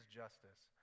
justice